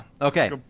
Okay